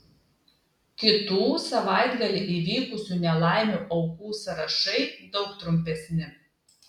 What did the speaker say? kitų savaitgalį įvykusių nelaimių aukų sąrašai daug trumpesni